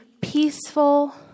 peaceful